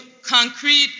concrete